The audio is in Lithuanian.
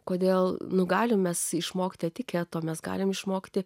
kodėl nugalimas išmokti etiketo mes galime išmokti